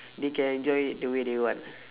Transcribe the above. they can enjoy it the way they want